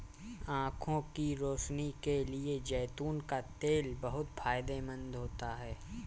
आंखों की रोशनी के लिए जैतून का तेल बहुत फायदेमंद होता है